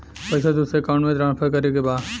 पैसा दूसरे अकाउंट में ट्रांसफर करें के बा?